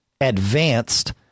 Advanced